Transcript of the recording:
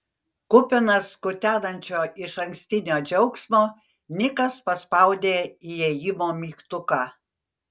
kupinas kutenančio išankstinio džiaugsmo nikas paspaudė įėjimo mygtuką